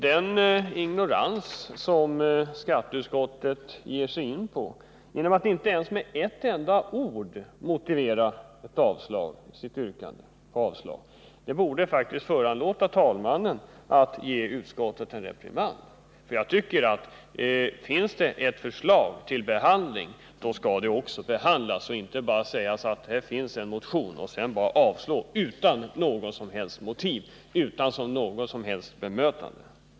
Den ignorans som skatteutskottet ger sig in på genom att inte ens med ett ord motivera sitt avstyrkande borde faktiskt föranlåta talmannen att ge utskottet en reprimand. Om ett förslag föreligger till behandling så skall det också behandlas. Det får inte gå till så att det sägs att det finns en motion och att den sedan avstyrks utan motiveringar och bemötanden.